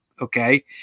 Okay